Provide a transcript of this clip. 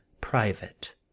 Private